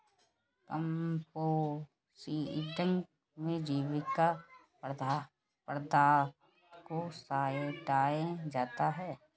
composting में जैविक पदार्थ को सड़ाया जाता है